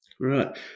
Right